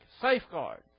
safeguard